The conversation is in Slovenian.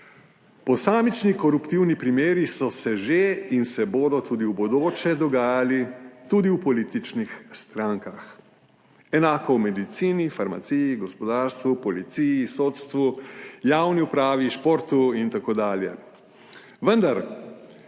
posamični koruptivni primeri so se že in se bodo tudi v bodoče dogajali tudi v političnih strankah, enako v medicini, farmaciji, gospodarstvu, policiji, sodstvu, javni upravi, športu, itd. Vendar,